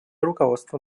руководства